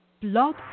Blog